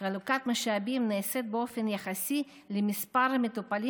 חלוקת המשאבים נעשית באופן יחסי למספר המטופלים